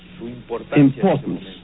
importance